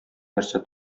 нәрсә